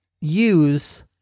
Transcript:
use